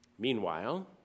Meanwhile